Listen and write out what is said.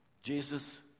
Jesus